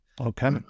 Okay